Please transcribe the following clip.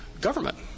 government